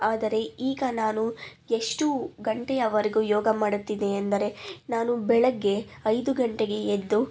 ಆದರೆ ಈಗ ನಾನು ಎಷ್ಟು ಗಂಟೆಯವರೆಗೂ ಯೋಗ ಮಾಡುತ್ತೀನಿ ಎಂದರೆ ನಾನು ಬೆಳಿಗ್ಗೆ ಐದು ಗಂಟೆಗೆ ಎದ್ದು